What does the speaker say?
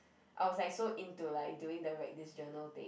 I was like so into like doing the write this journal thing